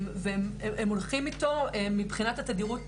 הם הולכים, מבחינת התדירות,